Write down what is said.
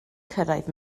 cyrraedd